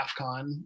AFCON